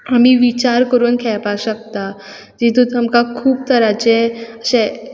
आमी विचार करून खेळपा शकता जितून आमकां खूब तराचे अशें